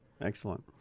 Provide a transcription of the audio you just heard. excellent